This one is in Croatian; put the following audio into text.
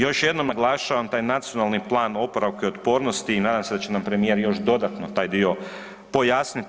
Još jednom naglašavam taj Nacionalni plan oporavka i otpornosti i nadam se da će nam premijer još dodatno taj dio pojasniti.